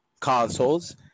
consoles